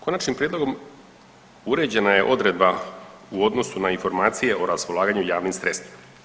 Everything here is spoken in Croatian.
Konačnim prijedlogom uređena je odredba u odnosu na informacije o raspolaganju javnim sredstvima.